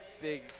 big